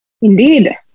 Indeed